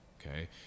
Okay